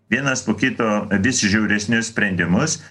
vienas po kito vis žiauresnius sprendimus